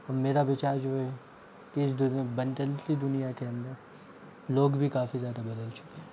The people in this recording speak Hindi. और मेरा विचार जो है कि इस बदलती दुनिया के अंदर लोग भी काफी ज़्यादा बदल चुके हैं